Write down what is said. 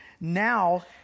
Now